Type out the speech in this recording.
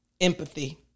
Empathy